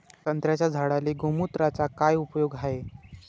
संत्र्याच्या झाडांले गोमूत्राचा काय उपयोग हाये?